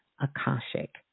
Akashic